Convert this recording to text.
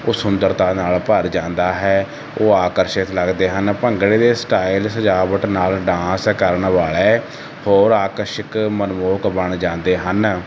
ਉਹ ਸੁੰਦਰਤਾ ਦੇ ਨਾਲ ਭਰ ਜਾਂਦਾ ਹੈ ਉਹ ਆਕਰਸ਼ਕ ਲੱਗਦੇ ਹਨ ਭੰਗੜੇ ਦੇ ਸਟਾਇਲ ਸਜਾਵਟ ਨਾਲ ਡਾਂਸ ਕਰਨ ਵਾਲੇ ਹੋਰ ਆਕਰਸ਼ਕ ਮਨਮੋਹਕ ਬਣ ਜਾਂਦੇ ਹਨ